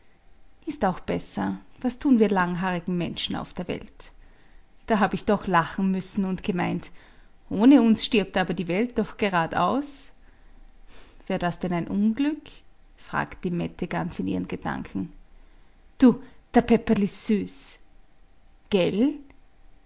ist auch besser was tun wir langhaarigen menschen auf der welt da hab ich doch lachen müssen und gemeint ohne uns stirbt aber die welt doch gerad aus wär denn das ein unglück fragt die mette ganz in ihren gedanken du der peperl ist süß gelt